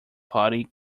party